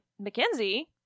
Mackenzie